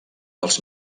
els